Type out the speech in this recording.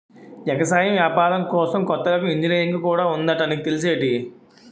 ఎగసాయం ఏపారం కోసం కొత్త రకం ఇంజనీరుంగు కూడా ఉందట నీకు తెల్సేటి?